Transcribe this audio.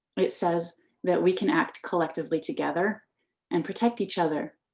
it says that we can act collectively together and protect each other.